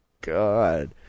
God